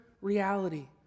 reality